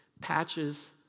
patches